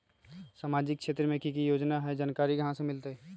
सामाजिक क्षेत्र मे कि की योजना है जानकारी कहाँ से मिलतै?